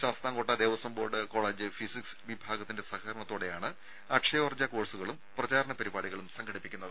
Sasthamkotta Devaswom board physics വിഭാഗത്തിന്റെ സഹകരണത്തോടെയാണ് college അക്ഷയോർജ്ജ കോഴ്സുകളും പ്രചാരണ പരിപാടികളും സംഘടിപ്പിക്കുന്നത്